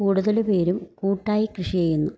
കൂടുതല്പേരും കൂട്ടായി കൃഷി ചെയ്യുന്നു